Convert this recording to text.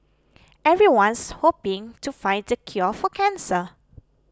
everyone's hoping to find the cure for cancer